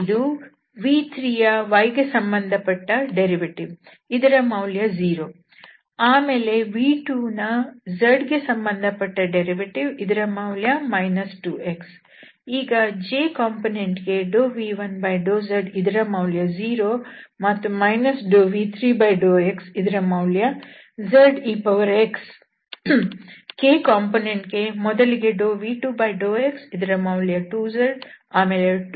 ಇದು v3ಯ y ಗೆ ಸಂಬಂಧಪಟ್ಟ ವ್ಯುತ್ಪನ್ನ ಇದರ ಮೌಲ್ಯ 0 ಆಮೇಲೆ v2ಯ z ಗೆ ಸಂಬಂಧಪಟ್ಟ ವ್ಯುತ್ಪನ್ನ ಇದರ ಮೌಲ್ಯ 2 x ಈಗ j ಕಾಂಪೊನೆಂಟ್ಗೆ v1∂zಇದರ ಮೌಲ್ಯ 0 ಮತ್ತು v3∂x ಇದರ ಮೌಲ್ಯ zex k ಕಾಂಪೊನೆಂಟ್ಗೆ ಮೊದಲಿಗೆ v2∂xಇದರ ಮೌಲ್ಯ 2z ಆಮೇಲೆ v1∂yಇದರ ಮೌಲ್ಯ 1